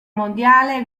mondiale